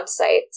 websites